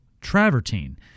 travertine